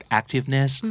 activeness